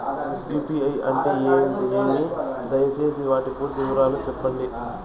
UPI అంటే ఏమి? దయసేసి వాటి పూర్తి వివరాలు సెప్పండి?